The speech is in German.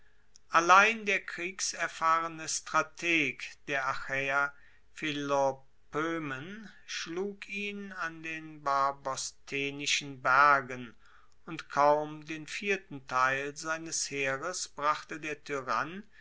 allein der kriegserfahrene strateg der achaeer philopoemen schlug ihn an den barbosthenischen bergen und kaum den vierten teil seines heeres brachte der tyrann